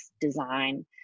design